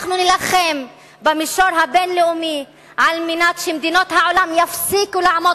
אנחנו נילחם במישור הבין-לאומי על מנת שמדינות העולם יפסיקו לעמוד